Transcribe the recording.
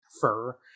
fur